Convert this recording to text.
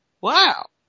Wow